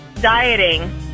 Dieting